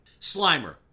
Slimer